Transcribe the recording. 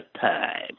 time